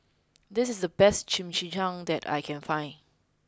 this is the best Chimichangas that I can find